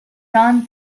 john